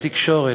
בתקשורת,